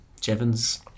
Jevons